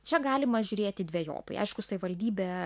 čia galima žiūrėti dvejopai aišku savivaldybė